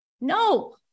No